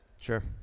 Sure